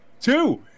Two